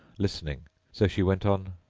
listening so she went on,